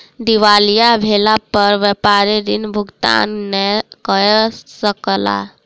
दिवालिया भेला पर व्यापारी ऋण भुगतान नै कय सकला